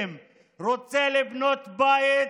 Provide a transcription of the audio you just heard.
רוצה חיים מכובדים, רוצה לבנות בית